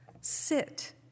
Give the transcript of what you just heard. Sit